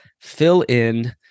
fill-in